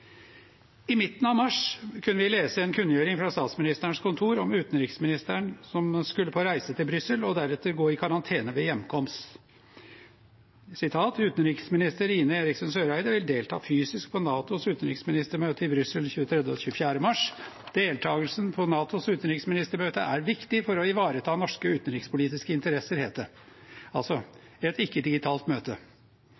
I midten av mars kunne vi lese en kunngjøring fra Statsministerens kontor om utenriksministeren som skulle på reise til Brussel og deretter gå i karantene ved hjemkomst. Som det het: «Utenriksminister Ine Eriksen Søreide vil delta fysisk på Natos utenriksministermøte i Brussel 23. og 24. mars. […] Deltagelse på Natos utenriksministermøte er viktig for å ivareta norske utenrikspolitiske interesser.» Det var altså